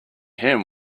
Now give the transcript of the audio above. him